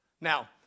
Now